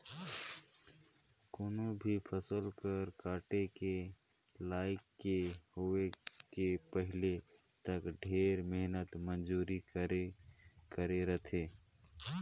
कोनो भी फसल हर काटे के लइक के होए के पहिले तक ढेरे मेहनत मंजूरी करे रथे